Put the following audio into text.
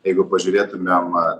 jeigu pažiūrėtumėm